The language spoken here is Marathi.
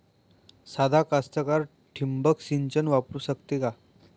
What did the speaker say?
सादा कास्तकार ठिंबक सिंचन वापरू शकते का?